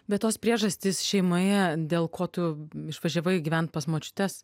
bet tos priežastys šeimoje dėl ko tu išvažiavai gyvent pas močiutes